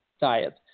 diet